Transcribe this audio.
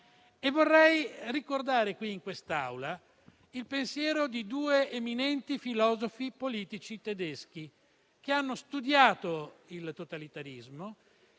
Vorrei ricordare in quest'Aula il pensiero di due eminenti filosofi politici tedeschi che hanno studiato il totalitarismo